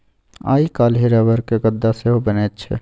आइ काल्हि रबरक गद्दा सेहो बनैत छै